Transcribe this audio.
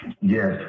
Yes